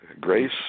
grace